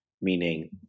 meaning